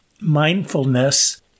mindfulness